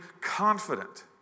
confident